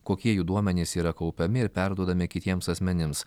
kokie jų duomenys yra kaupiami ir perduodami kitiems asmenims